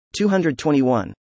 221